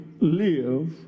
live